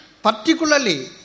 Particularly